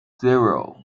zero